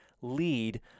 lead